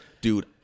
dude